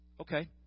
Okay